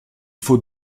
faut